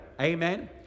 Amen